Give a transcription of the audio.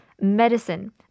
medicine